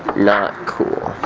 not cool.